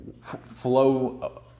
flow